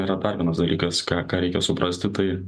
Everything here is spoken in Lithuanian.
yra dar vienas dalykas ką ką reikia suprasti tai